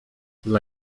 dla